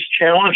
challenge